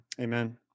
Amen